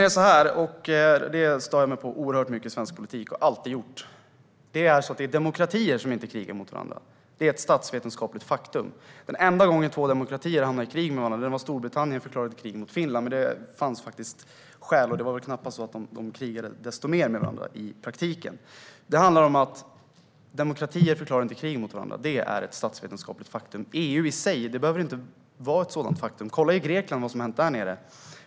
Det finns något jag stör mig oerhört mycket på i svensk politik, och det har jag alltid gjort: Demokratier krigar inte mot varandra - det är ett statsvetenskapligt faktum. Den enda gången som två demokratier har hamnat i krig med varandra var när Storbritannien förklarade krig mot Finland. Men det fanns faktiskt skäl till det. Och det var knappast så att de krigade desto mer med varandra i praktiken. Det handlar om att demokratier inte förklarar krig mot varandra. Det är ett statsvetenskapligt faktum. EU i sig behöver inte vara ett sådant faktum. Kolla vad som har hänt i Grekland.